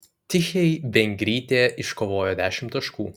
tichei vengrytė iškovojo dešimt taškų